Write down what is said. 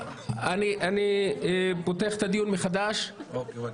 אני פותח את ישיבת ועדת הפנים והגנת הסביבה,